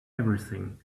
everything